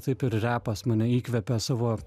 taip ir repas mane įkvepia savo